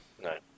No